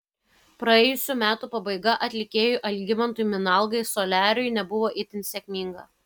praėjusių metų pabaiga atlikėjui algimantui minalgai soliariui nebuvo itin sėkminga